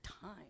time